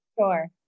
sure